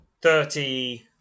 Thirty